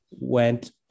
went